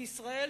וישראל,